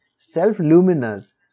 self-luminous